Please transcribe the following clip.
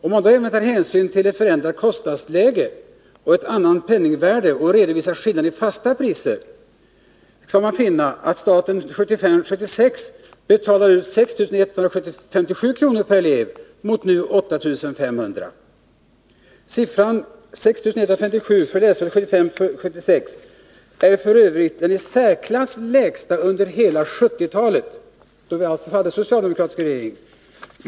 Om man då även tar hänsyn till det förändrade kostnadsläget och ett annat penningvärde och redovisar skillnaden i fasta priser, skall man finna att staten betalade ut 6 157 kr. per elev 1975 76 är f. ö. den i särklass lägsta siffran under hela 1970-talet, då vi alltså hade socialdemokratisk regering.